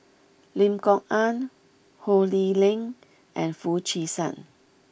Lim Kok Ann Ho Lee Ling and Foo Chee San